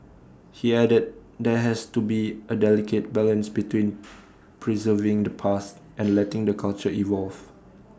he added there has to be A delicate balance between preserving the past and letting the culture evolve